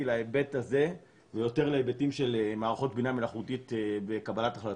להיבט הזה ויותר להיבטים של מערכות בינה מלאכותית בקבלת החלטות.